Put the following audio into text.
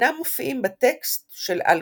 אינם מופיעים בטקסט של אל-קיפטי.